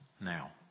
now